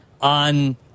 on –